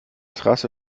trasse